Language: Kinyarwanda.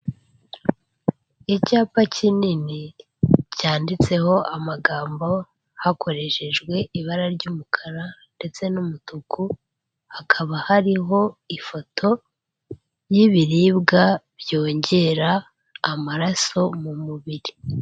Icyapa kinini cyanditseho amagambo hakoreshejwe ibara ry'umukara ndetse n'umutuku, hakaba hariho ifoto y'ibiribwa byongera amaraso mu mubiri.